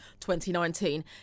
2019